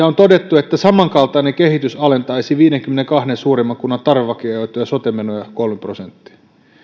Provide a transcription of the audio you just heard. on todettu että samankaltainen kehitys alentaisi viidenkymmenenkahden suurimman kunnan tarvevakioituja sote menoja kolme prosenttia